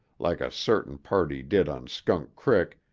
like a certain party did on skunk crick,